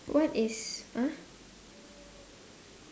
what is !huh!